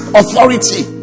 authority